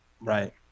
right